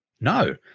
No